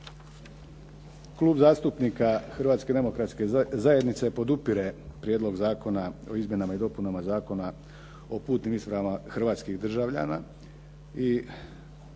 Klub zastupnika Hrvatske demokratske zajednice podupire Prijedlog zakona o izmjenama i dopunama Zakona o putnim ispravama hrvatskih državljana.